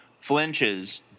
flinches